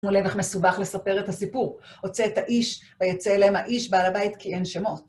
כמו לקח מסובך לספר את הסיפור. הוצאת איש, ויצא אליהם האיש בעל הבית כי אין שמות.